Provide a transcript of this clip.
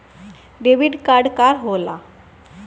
Debit card का होला?